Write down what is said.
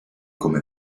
come